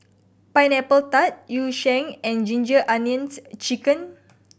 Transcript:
Pineapple Tart Yu Sheng and Ginger Onions Chicken